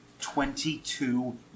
Twenty-two